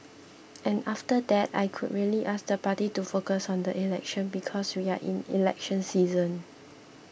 and after that I could really ask the party to focus on the election because we are in election season